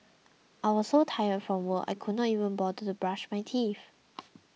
I was so tired from work I could not even bother to brush my teeth